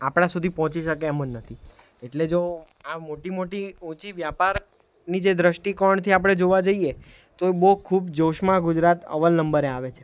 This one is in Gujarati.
આપણા સુધી પહોંચી શકે એમ જ નથી એટલે જો આ મોટી મોટી ઊંચી વ્યાપારની જે દૃષ્ટિકોણથી આપણે જોવા જઈએ તો એ બહુ ખૂબ જોશમાં ગુજરાત અવ્વલ નંબરે આવે છે